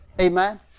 Amen